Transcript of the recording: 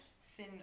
sin